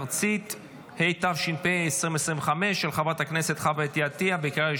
התשפ"ה 2024, לוועדת העבודה והרווחה נתקבלה.